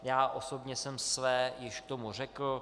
Já osobně jsem své již k tomu řekl.